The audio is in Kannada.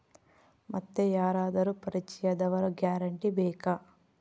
ಮತ್ತೆ ಯಾರಾದರೂ ಪರಿಚಯದವರ ಗ್ಯಾರಂಟಿ ಬೇಕಾ?